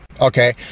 Okay